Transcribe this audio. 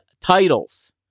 titles